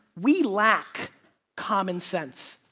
we lack common sense.